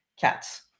cats